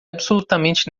absolutamente